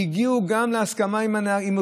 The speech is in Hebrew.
ולפני ההוראה הזאת הגיעו גם להסכמה עם ארגוני